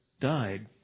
died